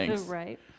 Right